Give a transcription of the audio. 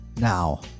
now